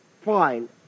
fine